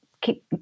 keep